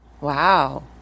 Wow